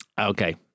Okay